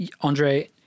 Andre